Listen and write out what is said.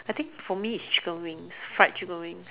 I think for me is chicken wings fried chicken wings